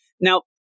now